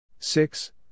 Six